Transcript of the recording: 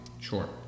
Sure